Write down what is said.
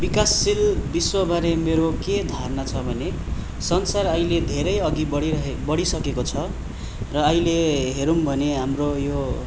विकासशील विश्वबारे मेरो के धारणा छ भने संसार अहिले धेरै अघि बढिरहे बढिसकेको छ र अहिले हेऱ्यौँ भने हाम्रो यो